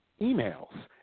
emails